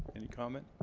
comment?